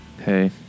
Hey